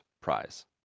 prize